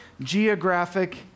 geographic